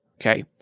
okay